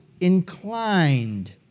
inclined